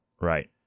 Right